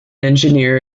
engineer